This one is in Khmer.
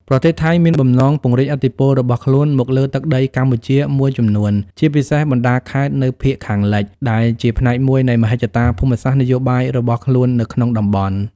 ប្រទេសថៃមានបំណងពង្រីកឥទ្ធិពលរបស់ខ្លួនមកលើទឹកដីកម្ពុជាមួយចំនួន ជាពិសេសបណ្តាខេត្តនៅភាគខាងលិច ដែលជាផ្នែកមួយនៃមហិច្ឆតាភូមិសាស្ត្រនយោបាយរបស់ខ្លួននៅក្នុងតំបន់។